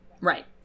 Right